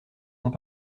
sont